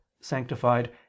sanctified